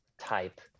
type